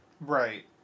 Right